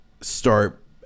start